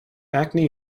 acne